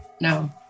no